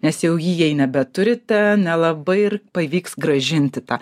nes jau jį jei nebeturite nelabai ir pavyks grąžinti tą